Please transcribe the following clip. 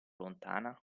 lontana